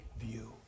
view